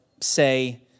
say